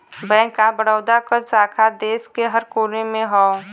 bank of Baroda क शाखा देश के हर कोने में हौ